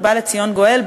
ובא לציון גואל,